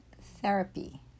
therapy